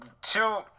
two